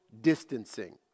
distancing